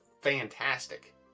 fantastic